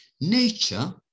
nature